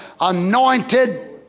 anointed